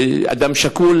אדם שקול,